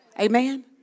Amen